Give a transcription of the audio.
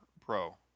Pro